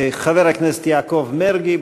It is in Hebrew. חבר הכנסת יעקב מרגי,